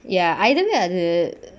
ya either me or the